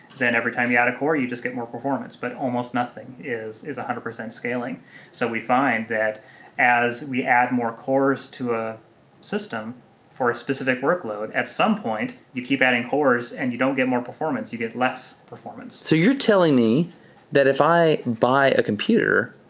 then every time you add a core, you just get more performance. but almost nothing is one hundred percent scaling so we find that as we add more cores to a system for a specific workload, at some point you keep adding cores and you don't get more performance, you get less performance. so you're telling me that if i buy a computer,